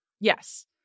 Yes